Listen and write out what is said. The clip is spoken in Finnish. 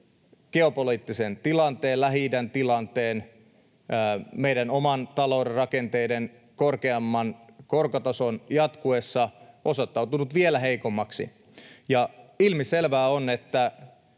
geopoliittisen tilanteen, Lähi-idän tilanteen, meidän oman talouden rakenteiden ja korkeamman korkotason jatkuessa osoittautunut vielä heikommaksi. Ilmiselvää on, että